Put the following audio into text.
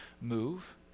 move